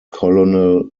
colonel